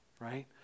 right